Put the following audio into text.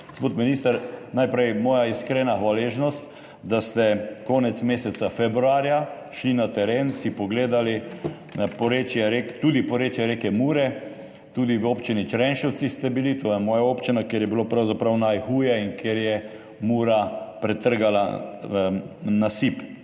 Gospod minister, najprej moja iskrena hvaležnost, da ste konec meseca februarja šli na teren, si pogledali porečje rek, tudi porečje reke Mure. Tudi v občini Črenšovci ste bili, to je moja občina, kjer je bilo pravzaprav najhuje in kjer je Mura pretrgala nasip.